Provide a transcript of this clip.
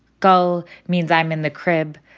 go means i'm in the crib,